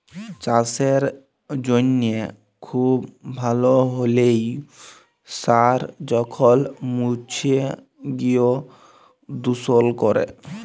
চাসের জনহে খুব ভাল হ্যলেও সার যখল মুছে গিয় দুষল ক্যরে